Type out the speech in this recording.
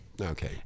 Okay